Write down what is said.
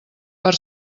per